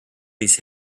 these